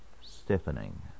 stiffening